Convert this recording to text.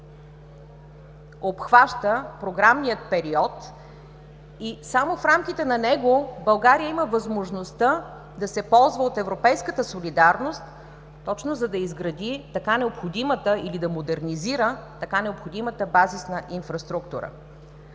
обхваща програмния период и само в рамките на него България има възможността да се ползва от европейската солидарност, точно за да изгради или да модернизира така необходимата базисна инфраструктура.